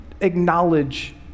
acknowledge